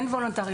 כן וולונטרי,